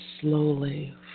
slowly